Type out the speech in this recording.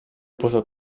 poza